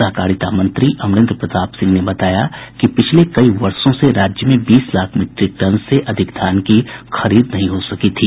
सहकारिता मंत्री अमरेन्द्र प्रताप सिंह ने बताया कि पिछले कई वर्षों से राज्य में बीस लाख मीट्रिक टन से अधिक धान की खरीद नहीं हो सकी थी